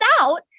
out